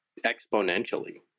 exponentially